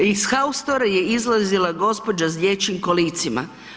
Iz haustora je izlazila gospođa s dječjim kolicima.